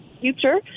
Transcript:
future